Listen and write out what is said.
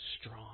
strong